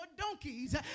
donkeys